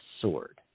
sword